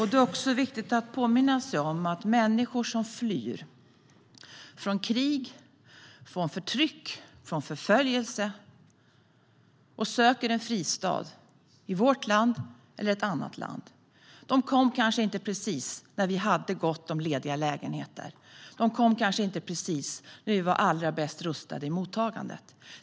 Det är viktigt att påminna om detta när vi talar om människor som flyr från krig, från förtryck och förföljelse, och söker en fristad i vårt land eller i något annat land. De kom kanske inte precis när vi hade gott om lediga lägenheter eller när vi var allra bäst rustade i mottagandet.